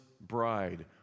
bride